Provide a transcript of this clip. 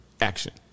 action